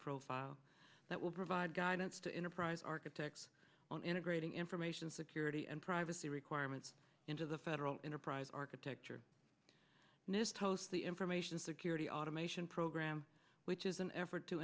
profile that will provide guidance to enterprise architects on integrating information security and privacy requirements into the federal enterprise architecture nist post the information security automation program which is an effort to